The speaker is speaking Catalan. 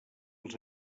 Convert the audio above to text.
els